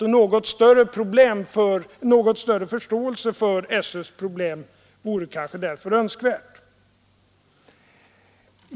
En något större förståelse för skolöverstyrelsens problem vore därför önskvärd.